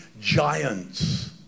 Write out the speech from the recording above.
giants